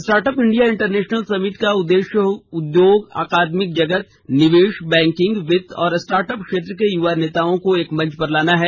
startup India international summit का उद्देश्य उद्योग अकादमिक जगत निवेश बैंकिंग वित्त और स्टार्टअप क्षेत्र के युवा नेताओं को एक मंच पर लाना है